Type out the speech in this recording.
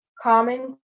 common